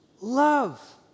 Love